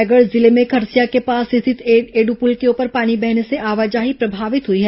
रायगढ़ जिले में खरसिया के पास स्थित एडु पुल के ऊपर पानी बहने से आवाजाही प्रभावित हुई है